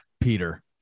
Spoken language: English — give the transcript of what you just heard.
Peter